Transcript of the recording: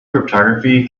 cryptography